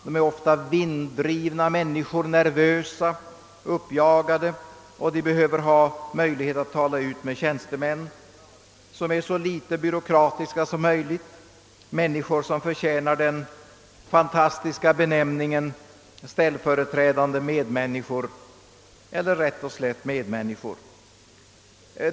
De är ofta vinddrivna människor, nervösa och uppjagade, och de behöver en möjlighet att få tala ut med tjänstemän, som är så litet byråkratiska som möjligt; tjänstemän som förtjänar den fantastiska benämningen »jourhavande medmänniskor» eller rätt och slätt medmänniskor.